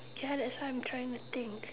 ya that's why I'm trying that thing